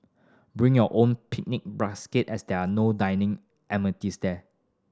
bring your own picnic basket as they are no dining amenities there